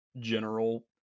general